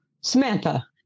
samantha